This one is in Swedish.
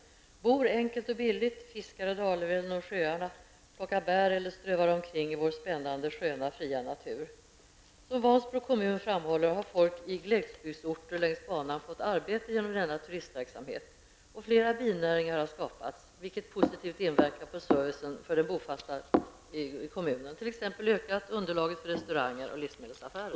De bor enkelt och billigt, de fiskar i sjöarna, plockar bär och strövar omkring i vår spännande, sköna och fria natur. Från Vansbro kommun framhåller man att människor i glesbygden fått arbete genom denna turistverksamhet, och flera binäringar har skapats, vilket positivt påverkat servicen för de bofasta i kommunen. Man har t.ex. ökat underlaget för restauranger och livsmedelsaffärer.